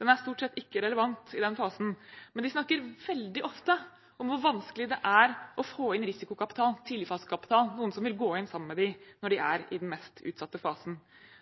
den er stort sett ikke relevant i den fasen, men de snakker veldig ofte om hvor vanskelig det er å få inn risikokapital, tidligfasekapital, noen som vil gå inn sammen med dem når de er i den mest utsatte fasen.